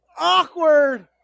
awkward